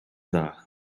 dda